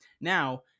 Now